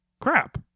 Crap